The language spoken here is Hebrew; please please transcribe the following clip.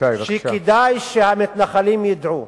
שכדאי שהמתנחלים ידעו